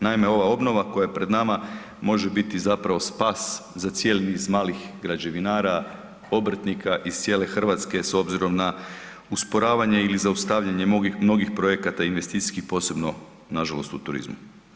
Naime, ova obnova koja je pred nama može biti spas za cijeli niz malih građevinara, obrtnika iz cijele Hrvatske s obzirom na usporavanje ili zaustavljanje mnogih projekata i investicijskih, posebno, nažalost u turizmu.